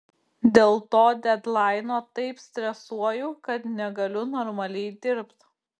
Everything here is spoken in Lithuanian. dėl to dedlaino taip stresuoju kad negaliu normaliai dirbt